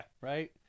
right